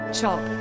Chop